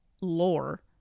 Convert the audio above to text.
lore